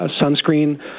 sunscreen